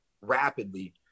rapidly